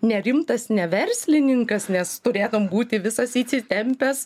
nerimtas ne verslininkas nes turėtum būti visas įsitempęs